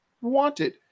wanted